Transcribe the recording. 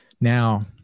Now